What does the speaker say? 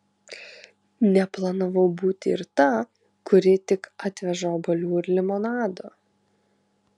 neplanavau būti ir ta kuri tik atveža obuolių ir limonado